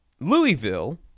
Louisville